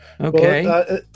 Okay